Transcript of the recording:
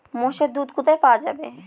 মোষের দুধ কোথায় পাওয়া যাবে?